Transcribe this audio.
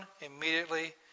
immediately